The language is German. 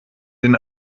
den